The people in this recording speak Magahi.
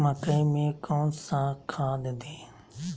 मकई में कौन सा खाद दे?